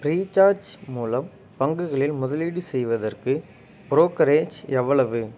free charge மூலம் பங்குகளில் முதலீடு செய்வதற்கு ப்ரோக்கரேஜ் எவ்வளவு